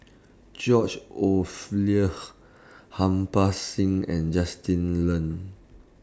George Harbans Singh and Justin Lean